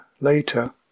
later